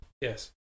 Yes